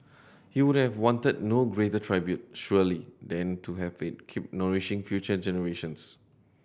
he would have wanted no greater tribute surely than to have it keep nourishing future generations